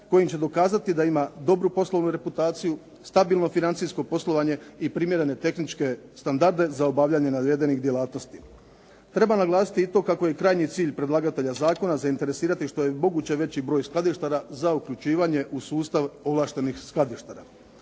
kojim će dokazati da ima dobru poslovnu reputaciju, stabilno financijsko poslovanje i primjerene tehničke standarde za obavljanje navedenih djelatnosti. Treba naglasiti i to kako je krajnji cilj predlagatelja zakona zainteresirati što je moguće veći broj skladištara za uključivanje u sustav ovlaštenih skladištara.